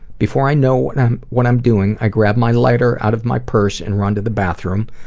before i know what and i'm what i'm doing, i grabbed my lighter out of my purse and ran to the bathroom,